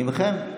מכם.